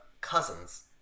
cousins